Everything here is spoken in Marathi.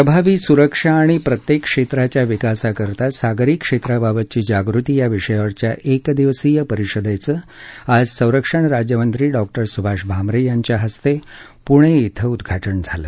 प्रभावी सुरक्षा आणि प्रत्येक क्षेत्राच्या विकासासाठी सागरी क्षेत्राबाबतची जागृती या विषयावरच्या एक दिवसीय परिषदेचं आज संरक्षण राज्यमंत्री डॉक्टर सुभाष भामरे यांच्या हस्ते आज पुणे इथं उद्घाटन झालं